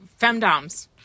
femdoms